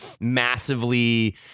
massively